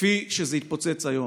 כפי שזה התפוצץ היום.